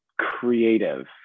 creative